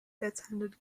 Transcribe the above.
attended